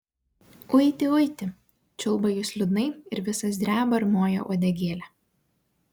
uiti uiti čiulba jis liūdnai ir visas dreba ir moja uodegėle